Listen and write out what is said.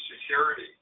security